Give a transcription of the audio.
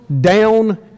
down